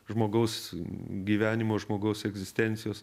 žmogaus gyvenimo žmogaus egzistencijos